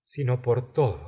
sino por todo